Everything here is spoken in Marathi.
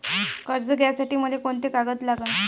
कर्ज घ्यासाठी मले कोंते कागद लागन?